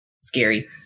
scary